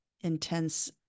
intense